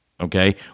okay